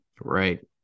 Right